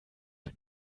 wir